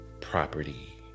property